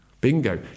bingo